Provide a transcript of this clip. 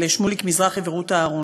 לשמוליק מזרחי ורות אהרן.